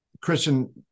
Christian